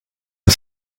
der